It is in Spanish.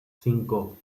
cinco